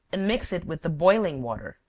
and mix it with the boiling water.